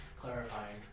Clarifying